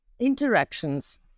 interactions